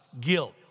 Guilt